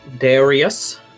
Darius